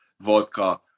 vodka